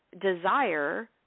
desire